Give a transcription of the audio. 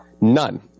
None